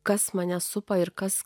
kas mane supa ir kas